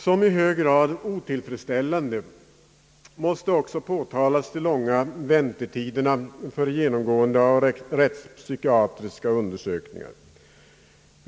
Som i hög grad otillfredsställande måste också påtalas de långa väntetiderna för genomgående av rättspsykiatriska undersökningar.